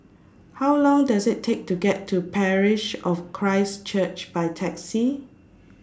How Long Does IT Take to get to Parish of Christ Church By Taxi